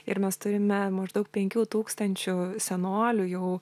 ir mes turime maždaug penkių tūkstančių senolių jau